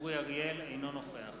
אינו נוכח